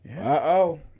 Uh-oh